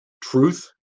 truth